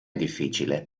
difficile